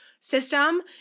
system